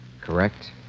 Correct